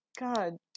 God